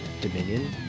Dominion